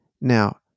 Now